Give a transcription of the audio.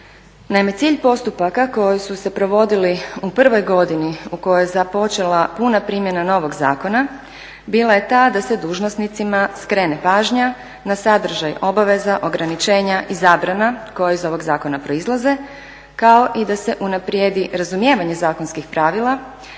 Naime, cilj postupaka koji su se provodili u prvoj godini u kojoj je započela puna primjena novog zakona bila je ta da se dužnosnicima skrene pažnja na sadržaj obaveza, ograničenja i zabrana koje iz ovog zakona proizlaze, kao i da se unaprijedi razumijevanje zakonskih pravila,